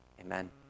Amen